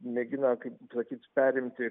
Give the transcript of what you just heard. mėgina kaip sakyt perimti